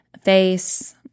face